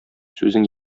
сүзең